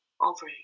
over